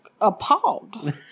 appalled